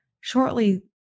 Shortly